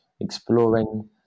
exploring